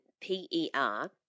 P-E-R